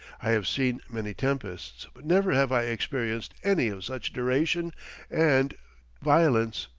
i have seen many tempests, but never have i experienced any of such duration and violence.